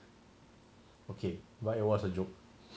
okay but it was a joke